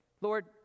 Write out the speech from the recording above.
Lord